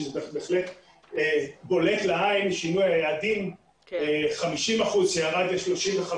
שזה בהחלט בולט לעין 50% שירדו ל-35%.